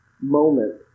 moment